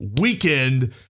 weekend